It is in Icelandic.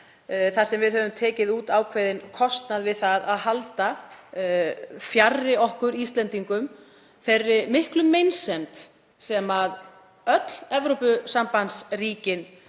þar sem við höfum tekið út ákveðinn kostnað við að halda fjarri okkur Íslendingum þeirri miklu meinsemd sem öll Evrópusambandsríkin